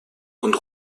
und